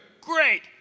great